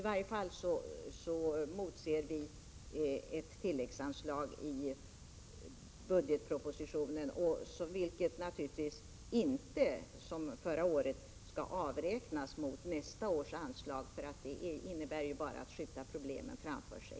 Vi motser i varje fall ett tilläggsanslag i budgetpropositionen, vilket naturligtvis inte — som förra året — skall avräknas mot nästa års anslag. Det skulle ju bara innebära att man skjuter problemen framför sig.